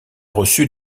reçu